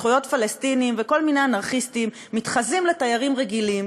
זכויות פלסטינים וכל מיני אנרכיסטים מתחזים לתיירים רגילים,